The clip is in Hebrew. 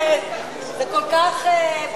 אני אוסיף לך דקה, גברתי.